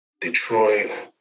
Detroit